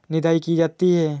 निदाई की जाती है?